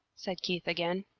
said keith, again.